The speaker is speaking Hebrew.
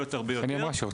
המיומנויות הרבה יותר.